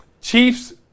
Chiefs